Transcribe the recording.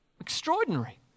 extraordinary